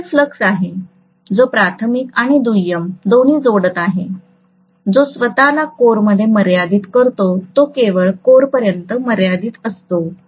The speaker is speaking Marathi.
म्युच्युअल फ्लक्स आहे जो प्राथमिक आणि दुय्यम दोन्ही जोडत आहे जो स्वतःला कोरमध्ये मर्यादित करतो तो केवळ कोरपर्यंतच मर्यादित असतो